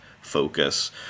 focus